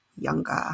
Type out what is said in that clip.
younger